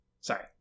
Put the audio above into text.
Sorry